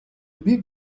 бік